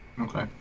Okay